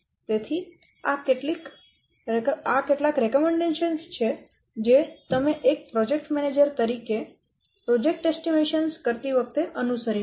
તેથી આ કેટલીક ભલામણો છે કે જે તમે એક પ્રોજેક્ટ મેનેજર તરીકે પ્રોજેક્ટ અંદાજ કરતી વખતે અનુસરી શકો